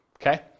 Okay